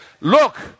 look